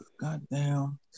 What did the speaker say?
goddamn